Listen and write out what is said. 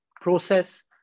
process